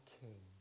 king